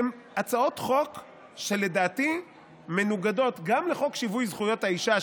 הן הצעות חוק שלדעתי מנוגדות גם לחוק שיווי זכויות האישה,